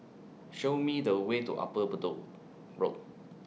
Show Me The Way to Upper Bedok Road